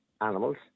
animals